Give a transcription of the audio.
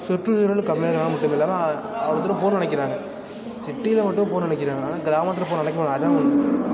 சுற்றுசூழல் கம்மியாக இருக்கதனால மட்டுமில்லாமல் அவ்வளோ தூரம் போகணுன்னு நினைக்கிறாங்க சிட்டியில மட்டுமே போக நினைக்கிறாங்க ஆனால் கிராமத்தில் போக நினைக்க மாட்டேறாங்க அதுதான்